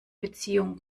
beziehung